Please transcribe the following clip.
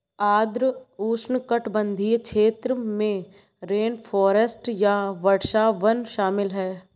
आर्द्र उष्णकटिबंधीय क्षेत्र में रेनफॉरेस्ट या वर्षावन शामिल हैं